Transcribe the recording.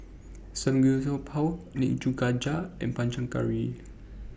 Samgyeopsal Nikujaga and Panang Curry